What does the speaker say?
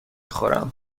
خورم